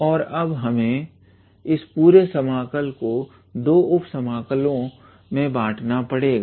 और अब हमें इस पूरे समाकल को 2 उप समाकलो में बांटना पड़ेगा